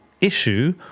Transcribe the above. issue